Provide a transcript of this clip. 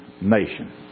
nation